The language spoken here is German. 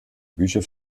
bücher